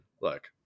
look